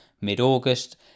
mid-August